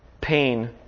pain